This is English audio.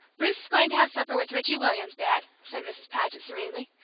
bruce is going to have supper with richie williams, dad, said mrs. paget, serenely.